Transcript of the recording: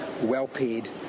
well-paid